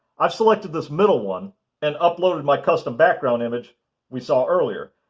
i've selected this middle one and uploaded my custom background image we saw earlier.